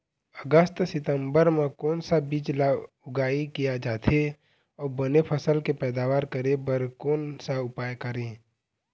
अगस्त सितंबर म कोन सा बीज ला उगाई किया जाथे, अऊ बने फसल के पैदावर करें बर कोन सा उपाय करें?